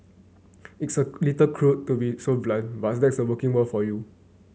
it's a little cruel to be so blunt but that's the working world for you